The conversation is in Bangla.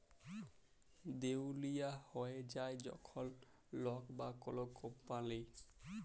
দেউলিয়া হঁয়ে যায় যখল লক বা কল কম্পালি